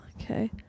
Okay